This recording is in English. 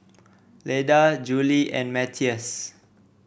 Leda Julie and Matthias